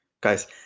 Guys